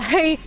Hey